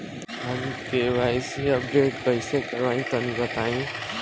हम KYC updation कइसे करवाई तनि बताई?